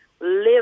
live